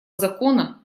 закона